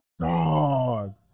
God